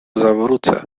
zawrócę